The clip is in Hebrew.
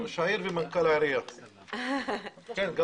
אנחנו